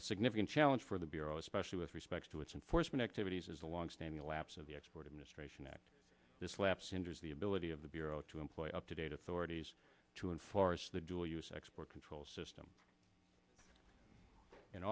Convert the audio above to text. a significant challenge for the bureau especially with respect to its enforcement activities is a longstanding lapse of the export of ministration act this lapse injures the ability of the bureau to employ up to date authorities to enforce the dual use export control system in